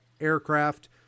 aircraft